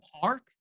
park